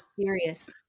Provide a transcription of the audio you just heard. serious